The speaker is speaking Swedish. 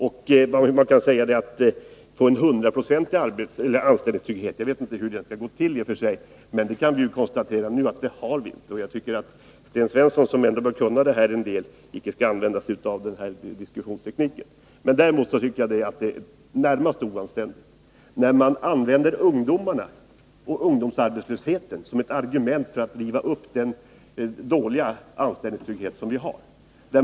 Sten Svensson talar om hundraprocentig anställningstrygghet — hur det skulle gå till att få en sådan vet jag inte. Jag bara konstaterar att vi inte heller har någon sådan trygghet. Jag tycker att Sten Svensson, som ändå bör kunna en del på det här området, inte skall använda sig av den diskussionstekniken. Närmast oanständigt tycker jag att det är att använda ungdomsarbetslösheten som argument för att riva upp den dåliga anställningstrygghet som vi har.